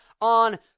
on